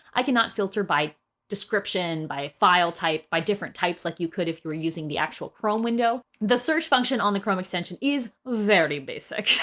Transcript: i cannot filter by description, by file type, by different types like you could if you were using the actual chrome window. the search function on the chrome extension is very basic.